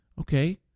okay